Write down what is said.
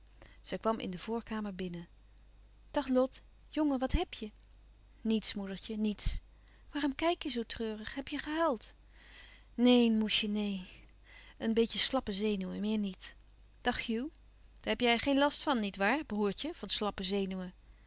zij kwam in de voorkamer binnen dag lot jongen wat heb je niets moedertje niets waarom kijk je zoo treurig heb je gehuild neen moesje neen een beetje slappe zenuwen meer niet dag hugh daar heb jij geen last van niet waar broêrtje van slappe zenuwen